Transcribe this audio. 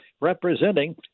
representing